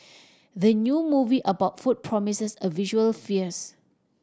the new movie about food promises a visual fierce